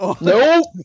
Nope